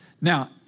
Now